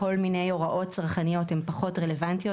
כל מיני הוראות צרכניות הן פחות רלוונטיות,